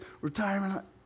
retirement